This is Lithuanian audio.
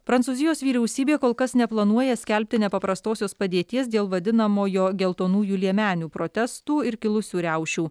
prancūzijos vyriausybė kol kas neplanuoja skelbti nepaprastosios padėties dėl vadinamojo geltonųjų liemenių protestų ir kilusių riaušių